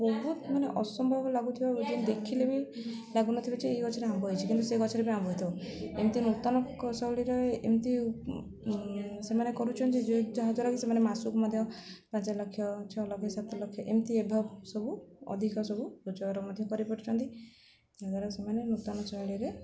ବହୁତ ମାନେ ଅସମ୍ଭବ ଲାଗୁଥିବା ଦେଖିଲେ ବି ଲାଗୁନଥିବ ଯେ ଏଇ ଗଛରେ ଆମ୍ବ ହେଇଛିି କିନ୍ତୁ ସେ ଗଛରେ ବି ଆମ୍ବ ହେଇଥିବ ଏମିତି ନୂତନ ଶୈଳୀରେ ଏମିତି ସେମାନେ କରୁଛନ୍ତି ଯ ଯାହାଦ୍ୱାରାକି ସେମାନେ ମାସକୁ ମଧ୍ୟ ପାଞ୍ଚ ଲକ୍ଷ ଛଅ ଲକ୍ଷ ସାତ ଲକ୍ଷ ଏମିତି ଏଭବ ସବୁ ଅଧିକ ସବୁ ରୋଜଗାର ମଧ୍ୟ କରିପାରୁଛନ୍ତି ଏହାଦ୍ୱାରା ସେମାନେ ନୂତନ ଶୈଳୀରେ